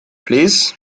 plîs